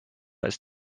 ist